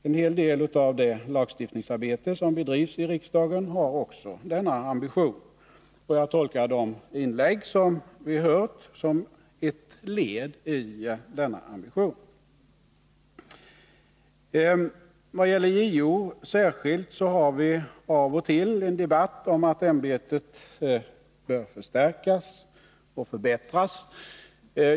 En hel del av det lagstiftningsarbete som bedrivs i riksdagen har också denna ambition, och jag tolkar de inlägg som vi hört som ett led i denna ambition. Vad gäller JO särskilt har vi av och till en debatt om att ämbetet bör förstärkas och förbättras.